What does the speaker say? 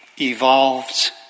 evolved